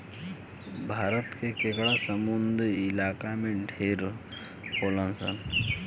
भारत में केकड़ा समुंद्री इलाका में ढेर होलसन